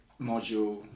module